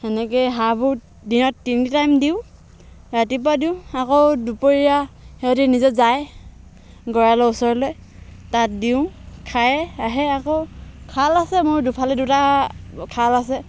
সেনেকৈ হাঁহবোৰ দিনত তিনি টাইম দিওঁ ৰাতিপুৱা দিওঁ আকৌ দুপৰীয়া সিহঁতি নিজে যায় গড়ালৰ ওচৰলৈ তাত দিওঁ খাই আহে আকৌ খাল আছে মোৰ দুফালে দুটা খাল আছে